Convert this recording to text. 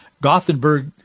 Gothenburg